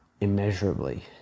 immeasurably